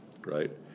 right